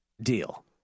Deal